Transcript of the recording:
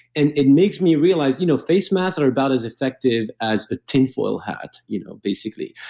and it makes me realize, you know face masks are about as effective as a tinfoil hat, you know basically,